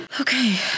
Okay